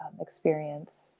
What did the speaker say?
experience